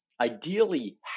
ideally